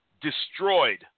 destroyed